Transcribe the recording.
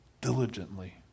diligently